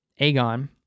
Aegon